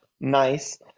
nice